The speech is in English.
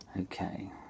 Okay